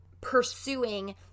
pursuing